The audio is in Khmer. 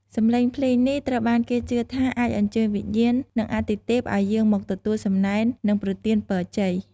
សំឡេងភ្លេងនេះត្រូវបានគេជឿថាអាចអញ្ជើញវិញ្ញាណ និងអាទិទេពឲ្យយាងមកទទួលសំណែន និងប្រទានពរជ័យ។